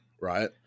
right